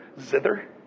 zither